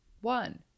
one